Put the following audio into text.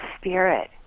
spirit